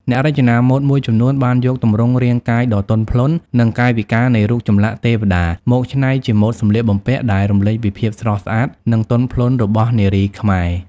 អ្នករចនាម៉ូដមួយចំនួនបានយកទម្រង់រាងកាយដ៏ទន់ភ្លន់ និងកាយវិការនៃរូបចម្លាក់ទេវតា មកច្នៃជាម៉ូដសម្លៀកបំពាក់ដែលរំលេចពីភាពស្រស់ស្អាតនិងទន់ភ្លន់របស់នារីខ្មែរ។